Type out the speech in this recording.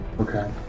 Okay